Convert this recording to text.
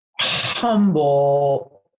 humble